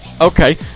Okay